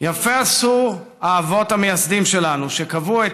יפה עשו האבות המייסדים שלנו שקבעו את